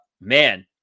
man